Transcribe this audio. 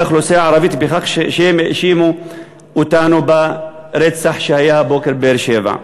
האוכלוסייה הערבית בכך שהם האשימו אותנו ברצח שהיה הבוקר בבאר-שבע.